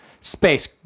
space